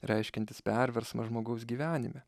reiškiantis perversmą žmogaus gyvenime